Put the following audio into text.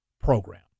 program